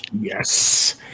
Yes